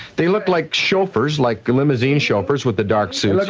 they look like chauffeurs, like limosuine chauffeurs, with the dark suits.